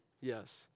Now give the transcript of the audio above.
Yes